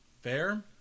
fair